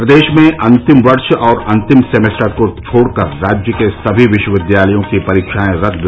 प्रदेश में अंतिम वर्ष और अंतिम सेमेस्टर को छोड़कर राज्य के सभी विश्वविद्यालयों की परीक्षाएं रद्द